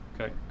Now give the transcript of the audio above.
Okay